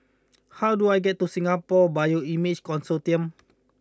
how do I get to Singapore Bioimaging Consortium